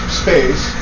space